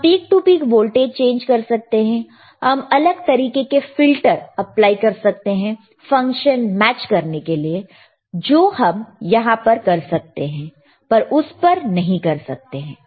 हम peak to peak voltage change कर सकते हैं हम अलग तरीके के फिल्टर अप्लाई कर सकते हैं फंक्शन मैच करने के लिए जो हम यहां पर कर सकते हैं पर उस पर नहीं कर सकते हैं